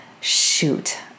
shoot